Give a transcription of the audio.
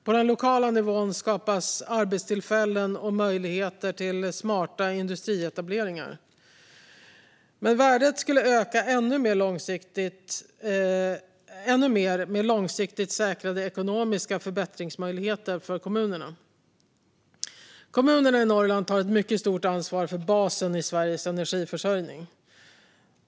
På den lokala nivån skapas arbetstillfällen och möjligheter till smarta industrietableringar. Men värdet skulle öka ännu mer med långsiktigt säkrade ekonomiska förbättringsmöjligheter för kommunerna. Kommunerna i Norrland tar ett mycket stort ansvar för basen i Sveriges energiförsörjning.